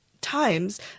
times